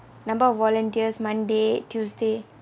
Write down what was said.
number of volunteers monday tuesday